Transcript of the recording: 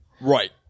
Right